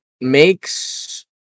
makes